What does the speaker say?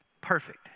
Perfect